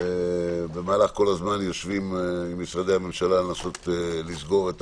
במהלך כל הזמן יושבים עם משרדי הממשלה לנסות לסגור את